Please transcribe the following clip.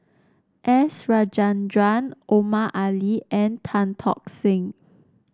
S Rajendran Omar Ali and Tan Tock Seng